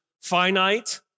finite